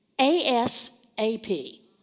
A-S-A-P